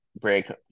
break